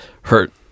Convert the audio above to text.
hurt